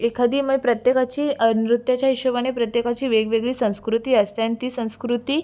एखादी म्हणजे प्रत्येकाची नृत्याच्या हिशोबाने प्रत्येकाची वेगवेगळी संस्कृती असते आणि ती संस्कृती